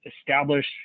establish